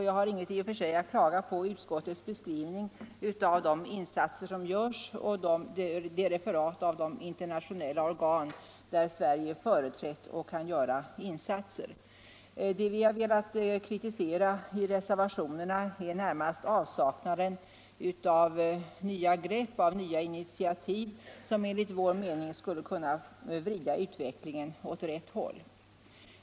Jag har i och för sig inget att klaga på i fråga om utskottets beskrivning av de insatser som görs och dess referat av de internationella organ där Sverige är företrätt och kan göra insatser. Det vi har velat kritisera med våra reservationer är närmast avsaknaden av nya grepp och nya initiativ, som enligt vår mening skulle kunna vrida utvecklingen åt rätt håll.